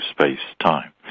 space-time